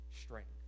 strength